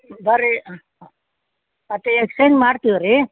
ಬನ್ರಿ ಮತ್ತೆ ಎಕ್ಸ್ಚೇಂಜ್ ಮಾಡ್ತೀವಿ ರೀ